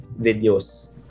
videos